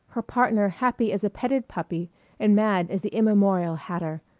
her partner happy as a petted puppy and mad as the immemorial hatter.